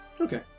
Okay